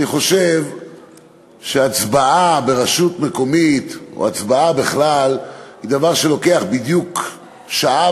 אני חושב שהצבעה לרשות מקומית או הצבעה בכלל היא דבר שלוקח בדיוק שעה,